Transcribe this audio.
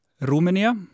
Romania